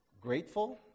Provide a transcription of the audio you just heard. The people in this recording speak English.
grateful